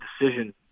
decision